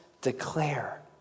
declare